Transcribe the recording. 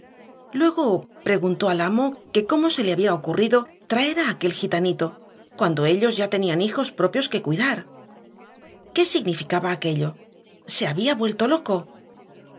luego preguntó al amo que cómo se le había ocurrido traer a aquel gitanito cuando ellos ya tenían hijos propios que cuidar qué significaba aquello se había vuelto loco